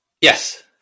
Yes